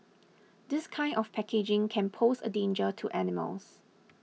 this kind of packaging can pose a danger to animals